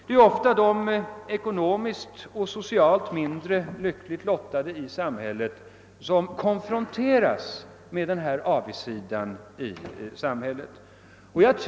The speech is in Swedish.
Det är ofta de ekonomiskt och socialt mindre lyckligt lottade i samhället som konfronteras med denna avigsida av samhället.